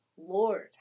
Lord